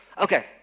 Okay